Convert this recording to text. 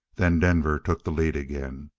then denver took the lead again.